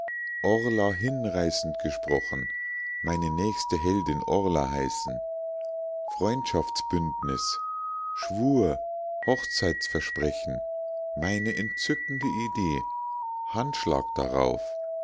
hinreißend gesprochen meine nächste heldin orla heißen freundschaftsbündnis schwur hochzeitsversprechen meine entzückende idee handschlag darauf